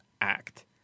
act